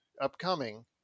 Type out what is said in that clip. upcoming